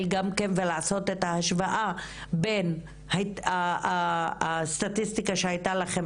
גם כן ולעשות את ההשוואה בין הסטטיסטיקה שהיתה לכם